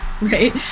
right